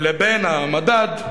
לבין המדד,